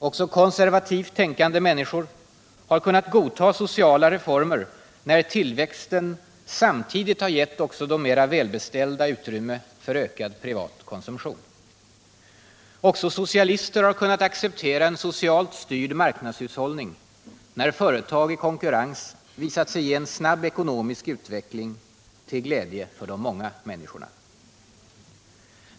Också konservativt tänkande människor har kunnat godta sociala reformer, när tillväxten samtidigt gett även de mer välbeställda utrymme för ökad privat konsumtion. Även socialister har kunnat acceptera en socialt styrd marknadshushållning, när företag i konkurrens visat sig ge snabb ekonomisk utveckling till glädje för de många människorna.